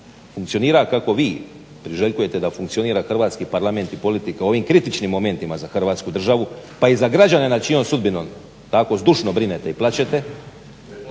funkcionira kako vi priželjkujete da funkcionira hrvatski Parlament i politika u ovim kritičnim momentima za Hrvatsku državu pa i za građane nad čijom sudbinom tako zdušno brinete i plačete